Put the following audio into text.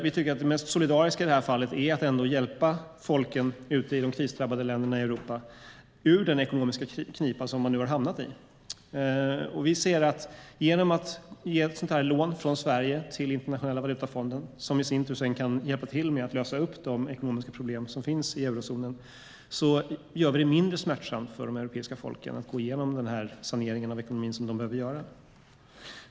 Vi tycker att det mest solidariska i detta fall ändå är att hjälpa folken ute i de krisdrabbade länderna i Europa ur den ekonomiska knipa som de nu har hamnat i. Genom att ge ett sådant lån från Sverige till Internationella valutafonden, som i sin tur sedan kan hjälpa till med att lösa de ekonomiska problem som finns i eurozonen, gör vi det mindre smärtsamt för de europeiska folken att gå igenom den sanering av ekonomin som de behöver göra.